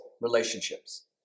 relationships